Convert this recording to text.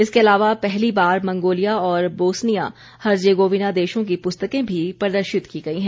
इसके अलावा पहली बार मंगोलिया और बोसनिया हर्जेगोविना देशों की पुस्तकें भी प्रदर्शित की गई हैं